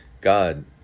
God